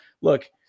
Look